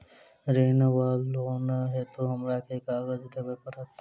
ऋण वा लोन हेतु हमरा केँ कागज देबै पड़त?